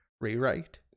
rewrite